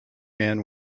man